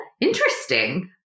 Interesting